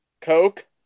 Coke